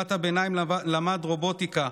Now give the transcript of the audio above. בחטיבת הביניים למד רובוטיקה,